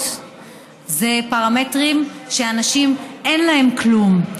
אלה פרמטרים של אנשים שאין להם כלום.